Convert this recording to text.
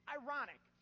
ironic